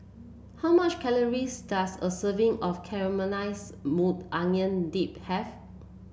how much calories does a serving of Caramelized Maui Onion Dip have